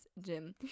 jim